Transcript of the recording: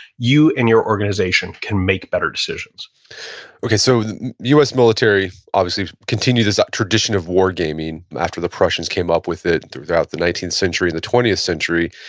you and your organization can make better decisions okay. so us military obviously continue this tradition of war gaming after the prussians came up with it throughout the nineteenth century, in the twentieth century.